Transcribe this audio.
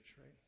right